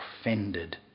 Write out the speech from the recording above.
offended